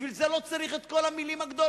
בשביל זה לא צריך את כל המלים הגדולות.